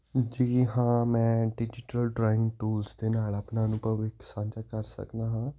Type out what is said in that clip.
ਜੀ ਹਾਂ ਮੈਂ ਡਿਜੀਟਲ ਡਰਾਇੰਗ ਟੂਲਸ ਦੇ ਨਾਲ ਆਪਣਾ ਅਨੁਭਵ ਸਾਂਝਾ ਕਰ ਸਕਦਾ ਹਾਂ